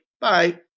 bye